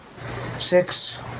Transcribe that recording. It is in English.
Six